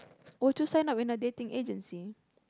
would you sign up in a dating agency